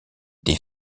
des